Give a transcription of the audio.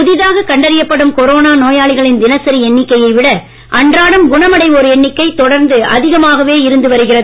புதிதாகக் கண்டறியப்படும் கொரோனா நோயாளிகளின் தினசரி எண்ணிக்கையை விட அன்றாடம் குணமடைவோர் எண்ணிக்கை தொடர்ந்து அதிகமாகவே இருந்து வருகிறது